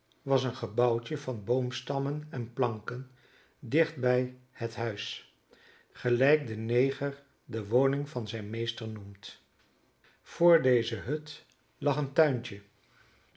was een gebouwtje van boomstammen en planken dicht bij het huis gelijk de neger de woning van zijnen meester noemt voor deze hut lag een tuintje